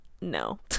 No